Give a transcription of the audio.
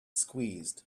squeezed